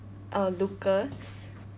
uh lucas